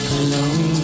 alone